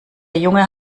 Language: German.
junge